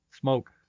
Smoke